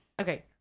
Okay